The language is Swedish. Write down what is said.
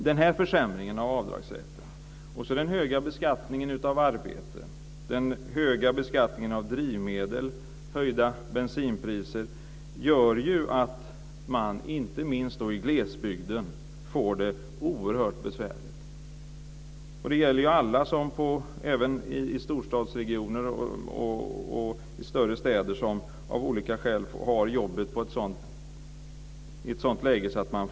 Den här försämringen av avdragsrätten, den höga beskattningen av arbete, den höga beskattningen av drivmedel och höjda bensinpriser gör ju att man inte minst i glesbygden får det oerhört besvärligt. Det gäller ju även alla i storstadsregioner och i större städer som av olika skäl har jobbet på ett sådant ställe att de kanske måste åka bil.